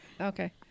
Okay